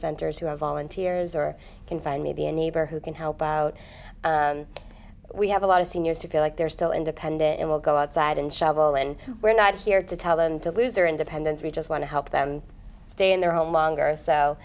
centers who are volunteers or can find maybe a neighbor who can help out we have a lot of seniors who feel like they're still independent and will go outside and shovel and we're not here to tell them to lose their independence we just want to help them stay in their home longer so